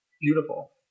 Beautiful